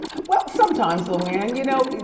well, sometimes luann. you know,